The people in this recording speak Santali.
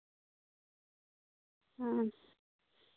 ᱦᱮᱸ